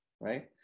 right